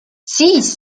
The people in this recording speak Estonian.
siis